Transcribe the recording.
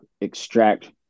extract